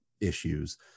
issues